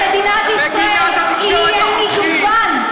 סוף כל סוף למדינת ישראל יהיה מגוון.